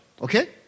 Okay